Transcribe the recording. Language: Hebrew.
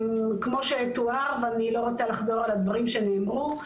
כמו שתואר ואני לא רוצה לחזור על הדברים שנאמרו,